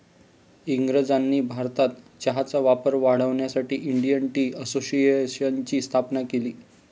इंग्रजांनी भारतात चहाचा वापर वाढवण्यासाठी इंडियन टी असोसिएशनची स्थापना केली